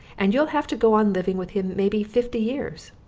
and you'll have to go on living with him maybe fifty years.